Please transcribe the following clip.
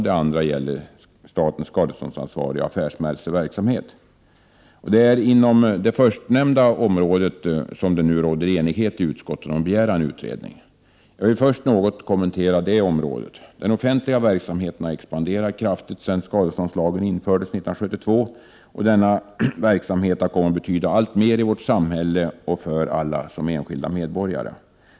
Det andra området gäller statens skadeståndsansvar i affärsmässig verksamhet. Det är inom det förstnämnda området som det nu råder enighet i utskottet om att begära en utredning. Jag vill först något kommentera detta område. Den offentliga verksamheten har expanderat kraftigt sedan skadeståndslagen infördes 1972. Denna verksamhet har kommit att betyda alltmer i vårt samhälle och för alla som enskilda medborgare.